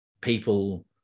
people